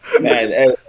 Man